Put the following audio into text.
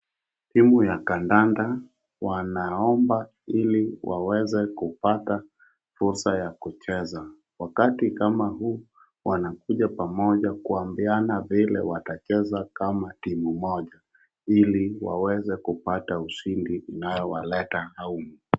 Timu ya kadanda wanaomba ili waweze kupata fursa ya kucheza. Wakati kama huu wanakuja pamoja kuambiana vile watacheza kama timu moja ili waweze kupata ushindi inayowaleta humu.